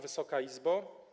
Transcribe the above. Wysoka Izbo!